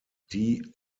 die